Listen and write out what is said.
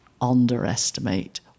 underestimate